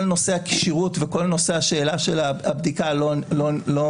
כל נושא הכשירות וכל נושא השאלה של הבדיקה לא נבחן,